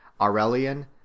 Aurelian